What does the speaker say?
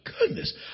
goodness